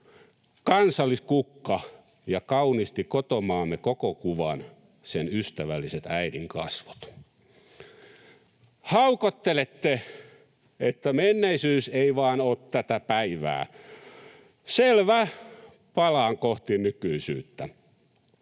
kansalliskukka, ja kaunisti kotomaamme koko kuvan, sen ystävälliset äidinkasvot. Haukottelette, että menneisyys ei vaan oo tätä päivää. Selvä, palaan kohti nykyisyyttä.